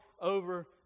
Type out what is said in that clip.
over